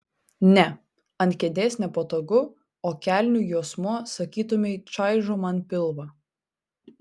ne ant kėdės nepatogu o kelnių juosmuo sakytumei čaižo man pilvą